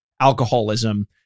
alcoholism